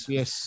Yes